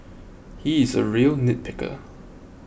he is a real nitpicker